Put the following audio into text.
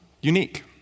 unique